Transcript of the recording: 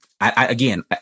again